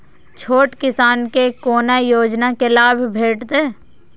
छोट किसान के कोना योजना के लाभ भेटते?